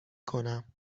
کنم